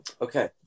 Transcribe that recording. okay